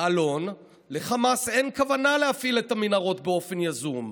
יעלון: "לחמאס אין כוונה להפעיל את המנהרות באופן יזום.